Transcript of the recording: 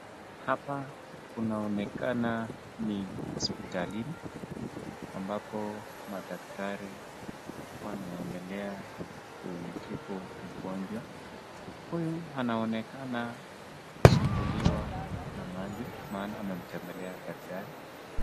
Hapa kunaonekana ni hospitalini, ambapo madaktari wanaendelea kumtibu mgonjwa. Huyu anaonekana kusumbuliwa na macho, maana amemtembelea daktari.